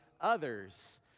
others